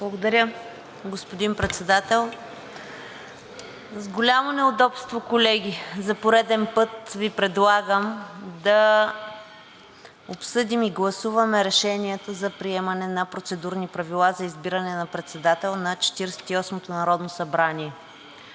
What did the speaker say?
Благодаря, господин Председател. С голямо неудобство, колеги, за пореден път Ви предлагам да обсъдим и гласуваме решенията за приемане на процедурни правила за избиране на председател на Четиридесет